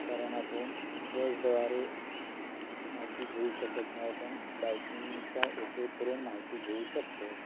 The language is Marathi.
कारण आपण बसद्वारे माहिती घेऊ शकत नाही पण बाइकिंगचा उपेग करून माहिती घेऊ शकतो